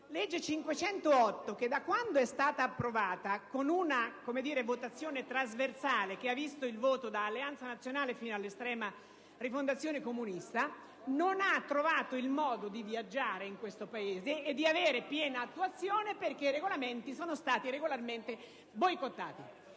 provvedimento, da quando è stato approvato, con una votazione trasversale che ha visto il voto da Alleanza Nazionale fino all'estrema Rifondazione Comunista, non ha trovato il modo di viaggiare in questo Paese e di avere piena attuazione, in quanto i regolamenti sono stati regolarmente boicottati.